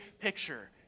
picture